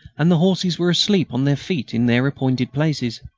and the horses were asleep on their feet in their appointed places.